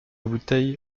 bouteille